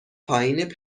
پایین